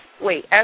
wait